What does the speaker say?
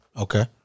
Okay